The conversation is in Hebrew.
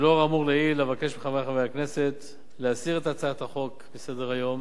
לאור האמור לעיל אבקש מחברי חברי הכנסת להסיר את הצעת החוק מסדר-היום